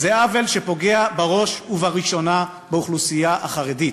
זה עוול שפוגע בראש ובראשונה באוכלוסייה החרדית,